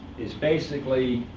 is basically,